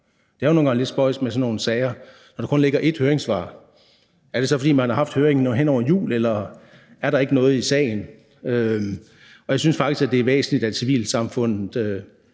Det er jo nogle gange lidt spøjst med sådan nogle sager, når der kun ligger ét høringssvar. Er det så, fordi man har haft høringen hen over jul, eller er der ikke noget i sagen? Jeg synes faktisk, det er væsentligt, at civilsamfundet